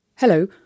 Hello